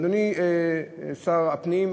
אדוני שר הפנים,